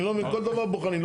אני לא מבין, כל דבר בוחנים.